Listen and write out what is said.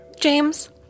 James